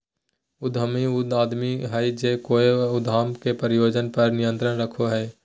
उद्यमी उ आदमी हइ जे कोय उद्यम या परियोजना पर नियंत्रण रखो हइ